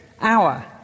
hour